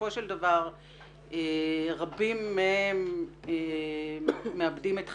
בסופו של דבר רבים מהם מאבדים את חייהם,